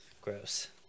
Gross